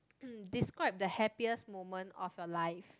hmm describe the happiest moment of your life